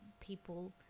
people